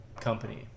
company